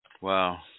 Wow